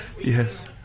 Yes